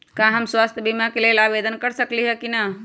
का हम स्वास्थ्य बीमा के लेल आवेदन कर सकली ह की न?